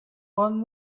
one